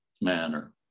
manner